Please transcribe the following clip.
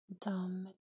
dumb